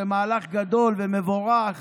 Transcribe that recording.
זה מהלך גדול ומבורך